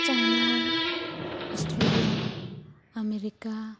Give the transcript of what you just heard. China Australia America